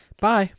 bye